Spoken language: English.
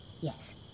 Yes